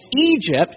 Egypt